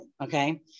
Okay